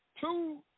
Two